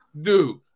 Dude